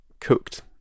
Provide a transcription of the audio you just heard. cooked